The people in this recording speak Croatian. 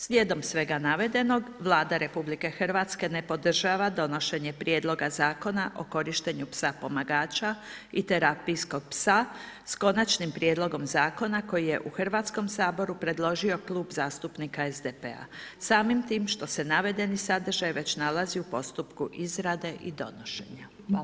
Slijedom svega navedenog, Vlada RH ne podržava donošenje prijedloga Zakona o korištenju psa pomagača i terapijskog psa s konačnim prijedlogom zakona koji je u Hrvatskom saboru predložio Klub zastupnika SDP-a samim tim što se navedeni sadržaj već nalazi u postupku izrade i donošenja.